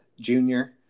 Junior